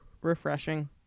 refreshing